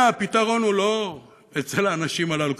הפתרון הוא לא אצל האנשים הללו,